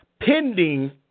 pending